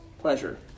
pleasure